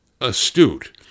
astute